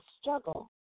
Struggle